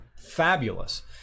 fabulous